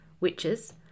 witches